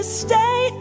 stay